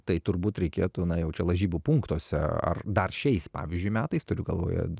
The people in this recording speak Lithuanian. tai turbūt reikėtų na jau čia lažybų punktuose ar dar šiais pavyzdžiui metais turiu galvoje